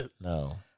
No